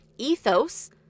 Ethos